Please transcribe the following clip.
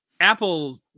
Apple